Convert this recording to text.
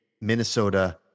Minnesota